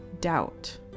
doubt